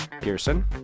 Pearson